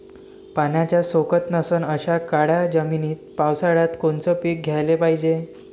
पाण्याचा सोकत नसन अशा काळ्या जमिनीत पावसाळ्यात कोनचं पीक घ्याले पायजे?